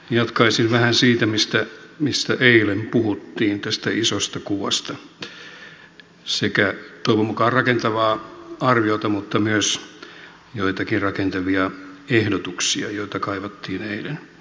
jatkaisin vähän siitä mistä eilen puhuttiin tästä isosta kuvasta ja tuon toivon mukaan rakentavaa arviota mutta myös joitakin rakentavia ehdotuksia joita kaivattiin eilen